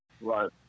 Right